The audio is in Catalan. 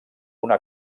una